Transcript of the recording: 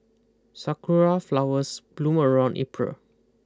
sakura flowers bloom around April